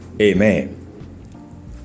amen